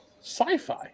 Sci-fi